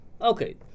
Okay